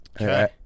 Okay